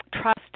trust